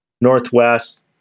Northwest